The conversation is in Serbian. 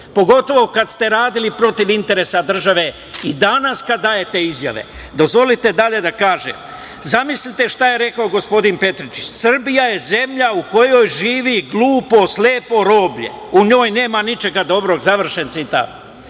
pogotovo kada ste radili protiv interesa države i danas kada dajete izjave. Dozvolite dalje da kažem. Zamislite šta je rekao gospodin Petričić: "Srbija je zemlja u kojoj živi glupo slepo roblje, u njoj nema ničega dobrog", završen citat.